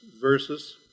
verses